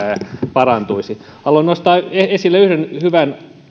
parantuisi haluan nostaa esille yhden hyvän